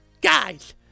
Guys